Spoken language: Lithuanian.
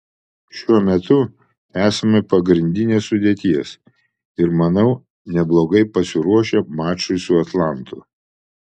šiuo metu esame pagrindinės sudėties ir manau neblogai pasiruošę mačui su atlantu